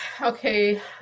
Okay